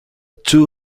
two